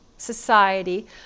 society